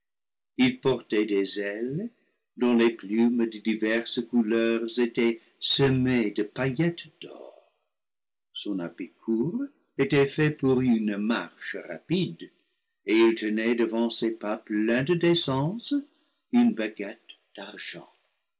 il portait des ailes dont les plumes de diverses couleurs étaient semées de paillettes d'or son habit court était fait pour une marche rapide et il tenait devant ses pas pleins de décence une baguette d'argent